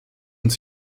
uns